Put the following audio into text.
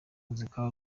muzika